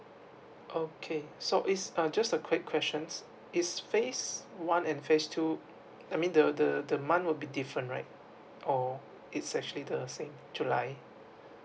okay so is a just a quick question is phase one and phase two I mean the the the month will be different right or it's actually the same july